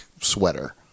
sweater